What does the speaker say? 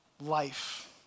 life